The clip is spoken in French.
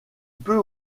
peut